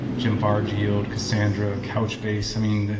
gemfire, geode, cassandra, couchbase. i mean,